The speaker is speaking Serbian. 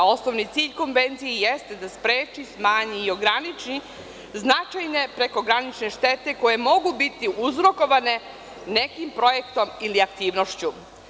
Osnovni cilj Konvencije jeste da spreči, smanji i ograniči značajne prekogranične štete koje mogu biti uzrokovane nekim projektom ili aktivnošću.